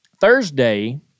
Thursday